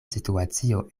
situacio